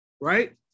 Right